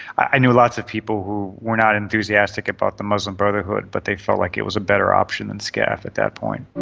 i know lots of people who were not enthusiastic about the muslim brotherhood, but they felt like it was a better option than scaf at that point.